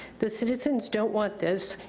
the citizens don't want this,